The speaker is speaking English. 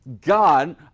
God